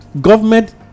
government